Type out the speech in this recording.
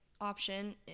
option